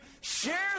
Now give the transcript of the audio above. share